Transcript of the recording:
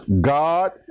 God